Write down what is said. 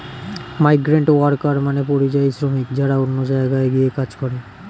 migrant worker মানে পরিযায়ী শ্রমিক যারা অন্য জায়গায় গিয়ে কাজ করে